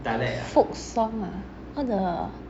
folk song ah all the